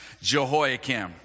Jehoiakim